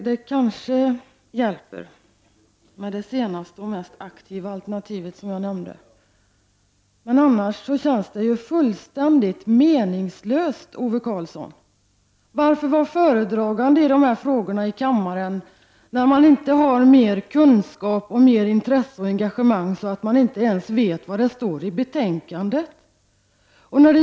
Det kanske hjälper med det senaste och mest aktiva alternativet av dem jag nämnde, men annars känns det fullständigt meningslöst, Ove Karlsson. Varför vara föredragande i kammaren i dessa frågor, när man inte har mer kunskap, intresse och engagemang att man inte ens vet vad som står i betänkandet?